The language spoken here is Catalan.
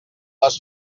les